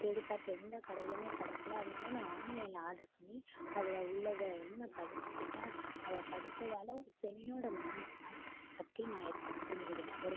தேடிப்பார்த்தேன் எந்த கடைலியுமே கிடைக்கல அதனால நான் ஆன்லைனில் ஆட்ரு பண்ணி அதில் உள்ளதை வந்து நான் படித்துக்கிட்டேன் அதை படித்ததால ஒரு பெண்ணோடய மனம் அது பற்றி நான் எப் புரிஞ்சுக்கிட்டேன் ஒரு